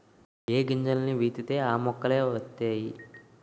ఏ గింజల్ని విత్తితే ఆ మొక్కలే వతైయి